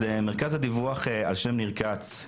מרכז הדיווח ע"ש ניר כץ,